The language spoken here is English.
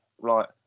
Right